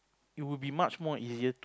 it would be much more easier to